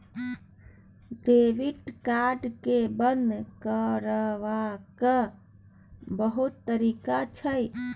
debit card केँ बंद करबाक बहुत तरीका छै